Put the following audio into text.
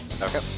okay